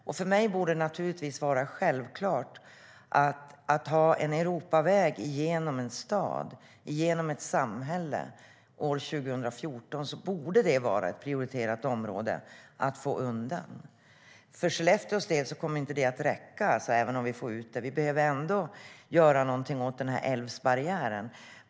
Jag tycker att det år 2014 borde vara självklart och prioriterat att få undan en Europaväg som går igenom ett samhälle. För Skellefteås del skulle det inte räcka. Vi behöver ändå göra något åt älvbarriären.